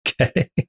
Okay